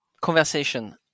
Conversation